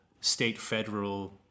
state-federal